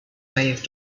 wave